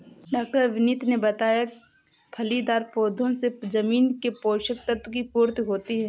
डॉ विनीत ने बताया फलीदार पौधों से जमीन के पोशक तत्व की पूर्ति होती है